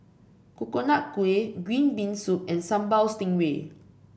Coconut Kuih Green Bean Soup and Sambal Stingray